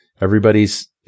Everybody's